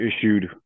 issued